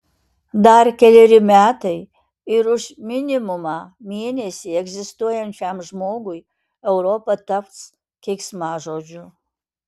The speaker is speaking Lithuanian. dar keleri metai ir už minimumą mėnesį egzistuojančiam žmogui europa taps keiksmažodžiu